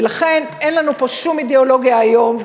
ולכן אין לנו פה שום אידיאולוגיה היום,